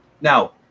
Now